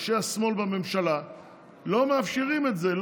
אנשי השמאל בממשלה לא מאפשרים את זה,